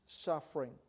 suffering